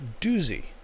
doozy